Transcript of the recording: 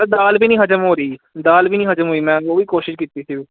sir ਦਾਲ ਵੀ ਨਹੀਂ ਹਜ਼ਮ ਹੋ ਰਹੀ ਦਾਲ ਵੀ ਨੀ ਹਜ਼ਮ ਹੋਈ ਮੈਂ ਉਹ ਵੀ ਕੋਸ਼ਿਸ਼ ਕੀਤੀ ਸੀ